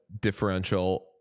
differential